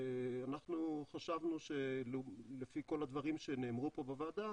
אנחנו חשבנו שלפי כל הדברים שנאמרו פה בוועדה